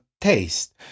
taste